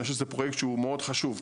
אני חושב שזה פרויקט מאוד חשוב,